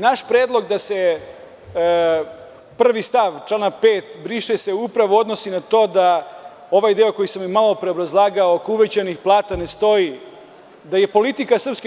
Naš predlog da se stav 1. člana 5. briše se upravo odnosi na to da ovaj deo koji sam malopre obrazlagao oko uvećanih plata ne stoji, da je politika SNS